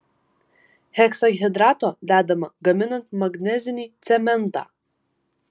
heksahidrato dedama gaminant magnezinį cementą